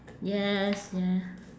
yes yeah